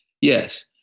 Yes